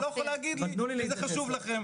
אז אתה לא יכול להגיד לי שזה חשוב לכם.